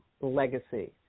legacy